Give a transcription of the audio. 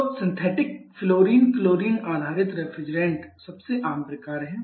तो synthetic fluorine chlorine आधारित refrigerate सबसे आम प्रकार हैं